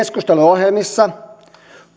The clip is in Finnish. keskusteluohjelmissa